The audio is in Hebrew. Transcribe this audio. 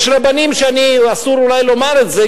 יש רבנים שאני, אסור אולי לומר את זה,